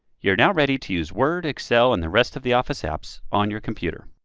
you're now ready to use word, excel, and the rest of the office apps on your computer.